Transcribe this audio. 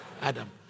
Adam